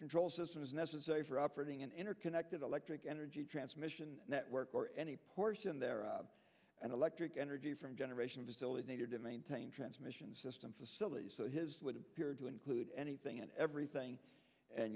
control systems necessary for operating an interconnected electric energy transmission network or any portion thereof and electric energy from generation to still is needed to maintain transmission system facilities so his would appear to include anything and everything and